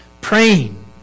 Praying